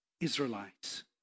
Israelites